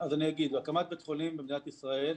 הקמת בית חולים במדינת ישראל,